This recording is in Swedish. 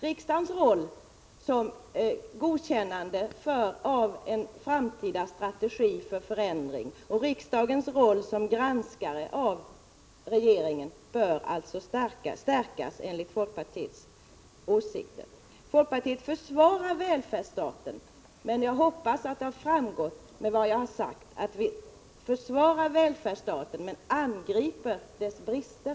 Riksdagens roll som godkännande av en framtida strategi för förändring och som granskare av regeringen bör alltså stärkas enligt folkpartiets åsikt. Jag hoppas att det har framgått av vad jag har sagt att folkpartiet försvarar välfärdsstaten men angriper dess brister.